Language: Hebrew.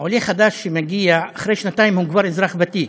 עולה חדש שמגיע, אחרי שנתיים הוא כבר אזרח ותיק,